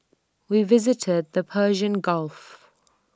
we visited the Persian gulf